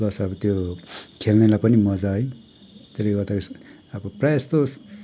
plus अब त्यो खेल्नेलाई पनि मजा है त्यसले गर्दा अब प्रायः जस्तो